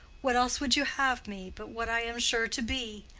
what else would you have me, but what i am sure to be?